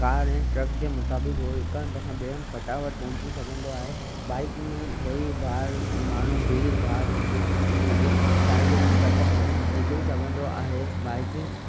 car ऐं truck जे मुताबिक़ि उहो हिकु हंध खां ॿिए हंध फटाफटि पहुची सघंदो आहे बाइक में भाई भार माण्हू भीड़ भाड़ हुजे कुझु बि हुजे साडइ खां कट हणी निकिरी सघंदो आहे बाइक